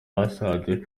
basanze